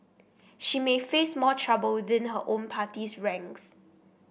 she may face more trouble within her own party's ranks